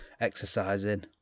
exercising